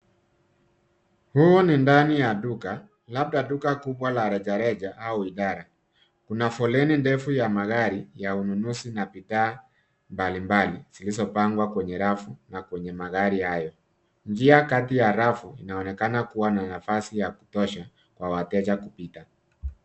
Huu ni ndani ya duka, labda duka kubwa la rejareja au idara. Kuna foleni ndefu ya magari ya ununuzi na bidhaa mbalimbali zilizopangwa kwenye rafu na kwenye magari hayo. Njia kati ya rafu inaonekana kuwa na nafasi ya kutosha kwa wateja kupita.